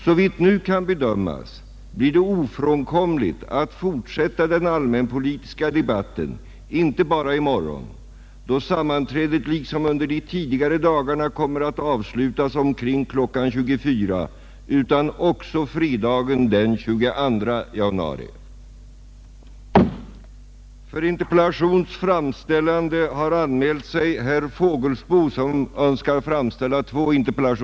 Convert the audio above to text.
Sävitt nu kan bedömas blir det ofränkomligt att fortsätta den allmänpolitiska debatten inte bara i morgon, då sammanträdet liksom under de tidigare dagarna kommer att avslutas omkring kl. 24.00, utan också fredagen den 22 januari.